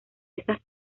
estas